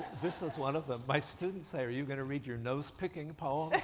this is one of them. my students say, are you going to read your nose-picking poem